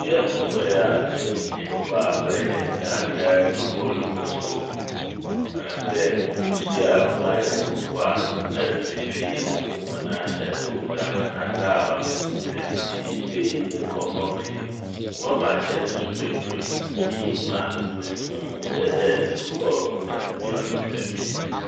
Bea a mokɔr a m'enyi gyee papaapa yɛ daano yi ara mokɔr "Lagos Hope" mu n'. Ɔnam dɛ mekehyiaa m'anyɛnkofo a na mfe pii muhun hɔn akyɛr dɛ wofi amanadze aba. Dɛm ntsi yehyiae yedzii nkɔmmɔ pii. me akyɛdze so pii. Iyi maa mennu mo ho da dɛ mokɔɔ dɛm bea ɔtse dɛm yi.